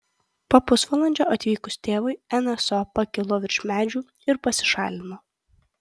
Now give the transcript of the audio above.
po pusvalandžio atvykus tėvui nso pakilo virš medžių ir pasišalino